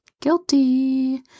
Guilty